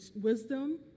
wisdom